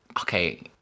okay